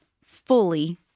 fully